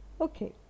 okay